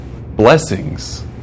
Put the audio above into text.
blessings